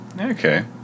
Okay